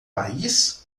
país